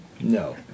No